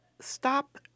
stop